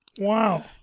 Wow